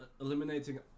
Eliminating